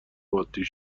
عادی